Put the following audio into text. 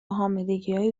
حاملگیهای